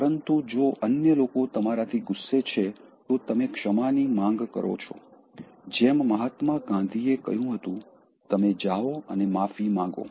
પરંતુ જો અન્ય લોકો તમારાથી ગુસ્સે છે તો તમે ક્ષમાની માંગ કરો છો જેમ મહાત્મા ગાંધીએ કહ્યું હતું તમે જાઓ અને માફી માંગો